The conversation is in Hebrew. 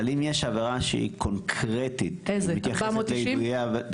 אם יש עבירה שהיא קונקרטית שהיא מתייחסת יידויי אבנים,